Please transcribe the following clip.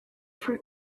for